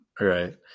Right